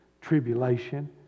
tribulation